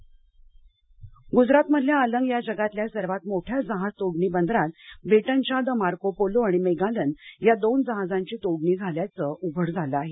Britain जहाज गुजरातमधल्या अलंग या जगातल्या सर्वात मोठ्या जहाज तोडणी बंदरात ब्रिटनच्या द मार्को पोलो आणि मेगालन या दोन जहाजांची तोडणी झाल्याचं उघड झालं आहे